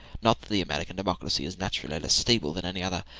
not that the american democracy is naturally less stable than any other,